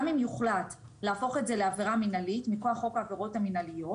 גם אם יוחלט להפוך את זה לעבירה מנהלית מכוח חוק העבירות המנהליות,